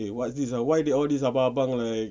eh what's this ah why they all this abang-abang like